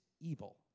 evil